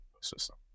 system